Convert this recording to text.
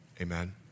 Amen